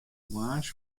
moarns